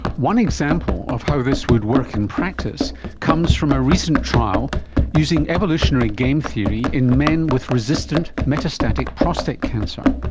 one example of how this would work in practice comes from a recent trial using evolutionary game theory in men with resistant metastatic prostate cancer.